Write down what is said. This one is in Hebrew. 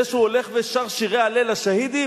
זה שהוא הולך ושר שירי הלל לשהידים?